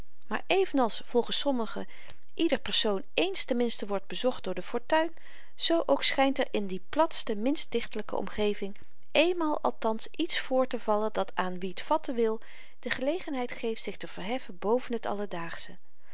maar evenals volgens sommigen ieder persoon ééns tenminste wordt bezocht door de fortuin zoo ook schynt er in de platste minst dichterlyke omgeving éénmaal althans iets voortevallen dat aan wie t vatten wil de gelegenheid geeft zich te verheffen boven t alledaagsche